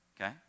Okay